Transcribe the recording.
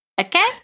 Okay